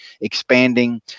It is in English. expanding